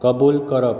कबूल करप